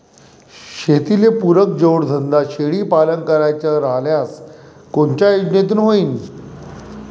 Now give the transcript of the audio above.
शेतीले पुरक जोडधंदा शेळीपालन करायचा राह्यल्यास कोनच्या योजनेतून होईन?